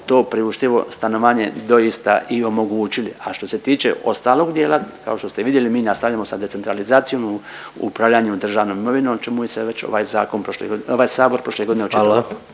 to priuštivo stanovanje doista i omogućili. A što se tiče ostalog dijela, kao što ste vidjeli mi nastavljamo sa decentralizacijom u upravljanju državnom imovinom o čemu se već ovaj zakon prošle god… ovaj